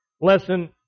lesson